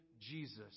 Jesus